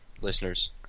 listeners